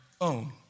own